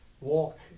Walk